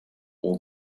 all